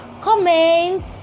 comment